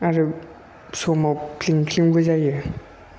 आरो समाव फ्लिं फ्लिंबो जायो